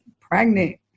pregnant